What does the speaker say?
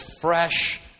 fresh